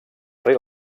sri